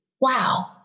Wow